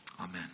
Amen